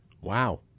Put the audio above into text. Wow